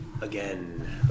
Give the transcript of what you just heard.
again